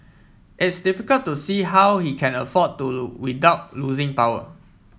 it's difficult to see how he can afford to without losing power